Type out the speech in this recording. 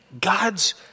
God's